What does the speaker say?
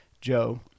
Joe